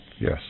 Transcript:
Yes